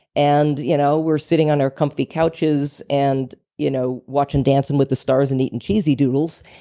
and you know, we're sitting on our comfy couches and you know, watching dancing with the stars and eating cheesy doodles,